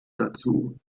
dazu